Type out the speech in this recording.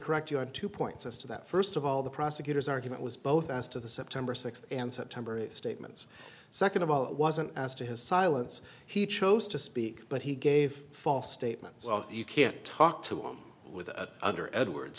correct you on two points as to that first of all the prosecutors argument was both as to this timber sixth and september statements second of all it wasn't as to his silence he chose to speak but he gave false statements you can't talk to him with under edwards